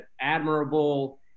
admirable